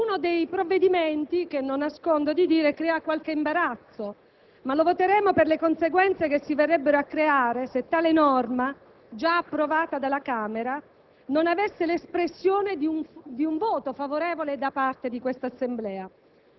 uno dei provvedimenti che - non lo nascondo - crea qualche imbarazzo, ma lo voteremo per le conseguenze che si verrebbero a creare se tale norma, già approvata dalla Camera, non incontrasse l'espressione di un voto favorevole da parte di quest'Assemblea.